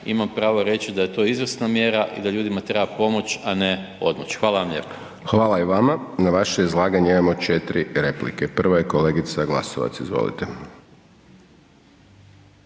imam pravo reći da je to izvrsna mjera i da ljudima treba pomoć, a ne odmoć. Hvala vam lijepo. **Hajdaš Dončić, Siniša (SDP)** Hvala i vama. Na vaše izlaganje imamo 4 replike. Prva je kolegica Glasovac, izvolite.